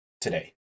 today